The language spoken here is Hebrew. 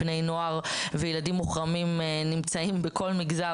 בני נוער וילדים מוחרמים נמצאים בכל מגזר,